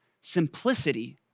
Simplicity